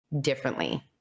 differently